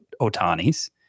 Otanis